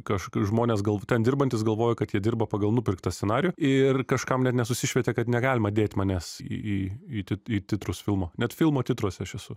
kažkokius žmones galbūt ten dirbantys galvojo kad jie dirba pagal nupirktą scenarijų ir kažkam net nesusišvietė kad negalima dėt manęs į į į titrus filmo net filmo titruose aš esu